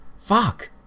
Fuck